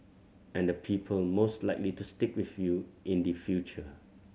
and the people most likely to stick with you in the future